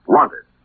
Wanted